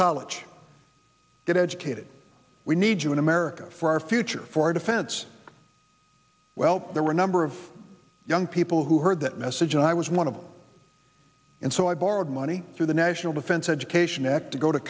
college get educated we need to in america for our future for defense well there were a number of young people who heard that message and i was one of them and so i borrowed money through the national defense education act to go to